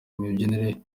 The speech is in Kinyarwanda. imibyinire